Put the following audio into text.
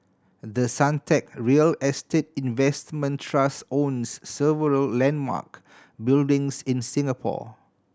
the Suntec real estate investment trust owns several landmark buildings in Singapore